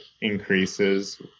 increases